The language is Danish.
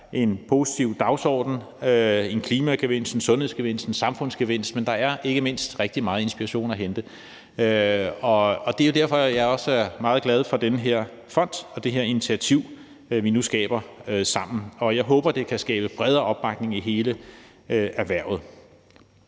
en positiv dagsorden, en klimagevinst, en sundhedsgevinst, en samfundsgevinst, og der er ikke mindst rigtig meget inspiration at hente. Det er jo derfor, jeg også er meget glad for den her fond og det her initiativ, vi nu skaber sammen, og jeg håber, at det kan skabe bredere opbakning i hele erhvervet.